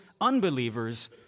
unbelievers